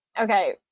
okay